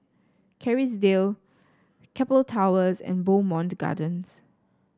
Kerrisdale Keppel Towers and Bowmont Gardens